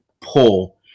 pull